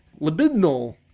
libidinal